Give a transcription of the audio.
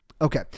Okay